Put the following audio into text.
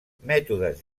mètodes